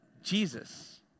Jesus